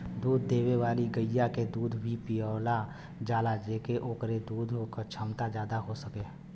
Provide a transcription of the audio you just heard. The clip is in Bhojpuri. दूध देवे वाली गइया के दूध भी पिलावल जाला जेसे ओकरे दूध क छमता जादा हो सके